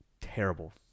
terrible